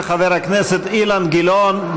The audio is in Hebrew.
של חבר הכנסת אילן גילאון.